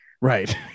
Right